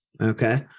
Okay